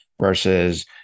versus